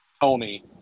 Tony